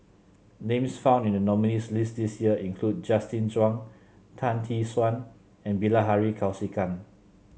names found in the nominees' list this year include Justin Zhuang Tan Tee Suan and Bilahari Kausikan